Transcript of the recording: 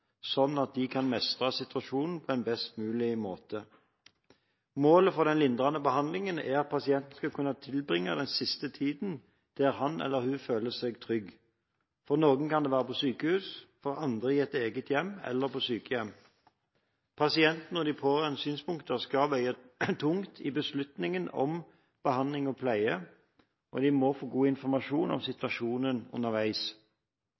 sånn at de kan mestre situasjonen på en best mulig måte. Målet for den lindrende behandlingen er at pasienten skal kunne tilbringe den siste tiden der han eller hun føler seg trygg. For noen kan det være på sykehus, for andre i eget hjem eller på sykehjem. Pasientene og de pårørendes synspunkter skal veie tungt i beslutningen om behandling og pleie, og de må få god informasjon om situasjonen underveis.